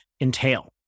entail